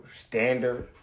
standard